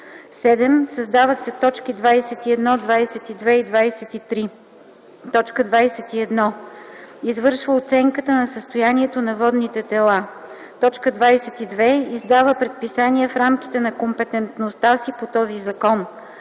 7. Създават се т. 21, 22 и 23: „21. извършва оценката на състоянието на водните тела; 22. издава предписания в рамките на компетентностите си по този закон.